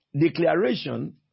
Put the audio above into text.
declaration